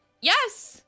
Yes